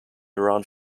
around